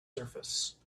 surface